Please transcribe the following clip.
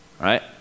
right